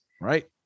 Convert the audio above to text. Right